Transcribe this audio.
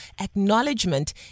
acknowledgement